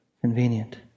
convenient